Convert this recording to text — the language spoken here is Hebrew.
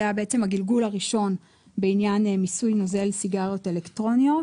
שזה היה הגלגול הראשון בעניין מיסוי נוזל לסיגריות אלקטרוניות.